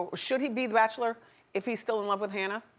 ah should he be the bachelor if he's still in love with hannah?